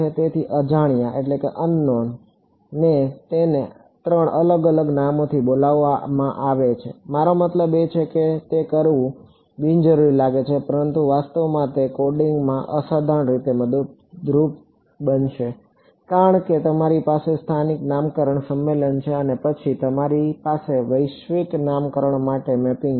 તેથી એક જ અજાણ્યાને તેને ત્રણ અલગ અલગ નામોથી બોલાવવામાં આવે છે મારો મતલબ છે કે તે કરવું બિનજરૂરી લાગે છે પરંતુ તે વાસ્તવમાં કોડિંગમાં અસાધારણ રીતે મદદરૂપ છે કારણ કે તમારી પાસે સ્થાનિક નામકરણ સંમેલન છે અને પછી તમારી પાસે વૈશ્વિક નામકરણ માટે મેપિંગ છે